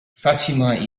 fatima